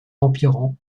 empirant